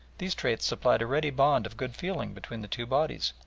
these traits supplied a ready bond of good feeling between the two bodies.